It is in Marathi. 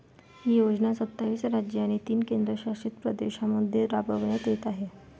ही योजना सत्तावीस राज्ये आणि तीन केंद्रशासित प्रदेशांमध्ये राबविण्यात येत आहे